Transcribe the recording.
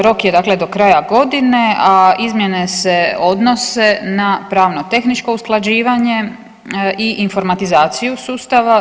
Rok je dakle do kraja godine, a izmjene se odnose na pravno tehničko usklađivanje i informatizaciju sustava.